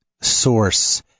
source